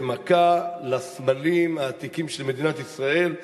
זו מכה לסמלים העתיקים של מדינת ישראל,